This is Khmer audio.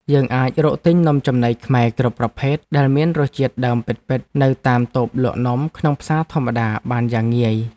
យើងអាចរកទិញនំចំណីខ្មែរគ្រប់ប្រភេទដែលមានរសជាតិដើមពិតៗនៅតាមតូបលក់នំក្នុងផ្សារធម្មតាបានយ៉ាងងាយ។